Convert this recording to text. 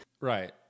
Right